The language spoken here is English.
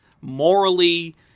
morally